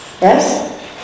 Yes